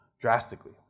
drastically